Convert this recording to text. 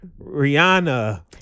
Rihanna